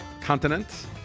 continent